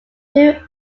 two